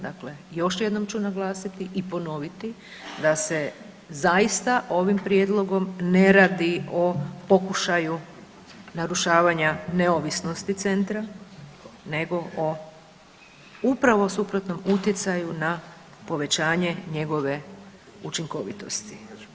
Dakle, još jednom ću naglasiti i ponoviti da se zaista ovim prijedlogom ne radi o pokušaju narušavanja neovisnosti centra nego o upravo suprotnom utjecaju na povećanje njegove učinkovitosti.